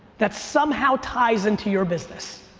that somehow ties into your business?